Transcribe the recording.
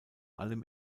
allem